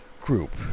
group